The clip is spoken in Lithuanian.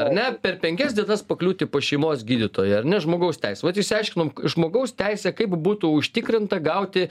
ar ne per penkias dienas pakliūti pas šeimos gydytoją ar ne žmogaus teisė vat išsiaiškinom žmogaus teisė kaip būtų užtikrinta gauti